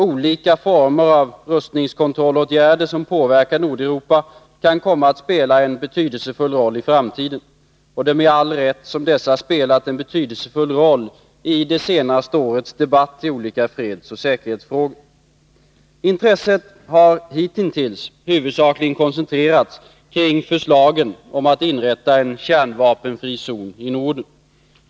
Olika former av rustningskontrollåtgärder som påverkar Nordeuropa kan komma att spela en betydelsefull roll i framtiden, och det är med all rätt som dessa spelat en betydelsefull roll i det senaste årets debatt i olika fredsoch säkerhetsfrågor. Intresset har hitintills huvudsakligen koncentrerats kring förslaget att inrätta en kärnvapenfri zon i Norden.